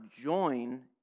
join